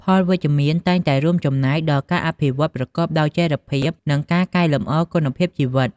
ផលវិជ្ជមានតែងតែរួមចំណែកដល់ការអភិវឌ្ឍប្រកបដោយចីរភាព និងការកែលម្អគុណភាពជីវិត។